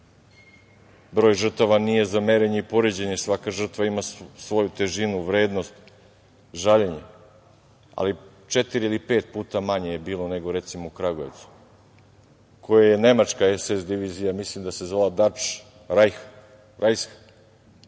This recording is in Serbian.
broj žrtava nije za merenje i poređenje, svaka žrtva ima svoju težinu, vrednost, žaljenje, ali četiri ili pet puta manje je bilo nego u Kragujevcu, koje je Nemačka SS divizija, mislim da se zvala „Dač Rajsh“,